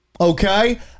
okay